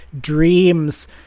dreams